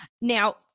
Now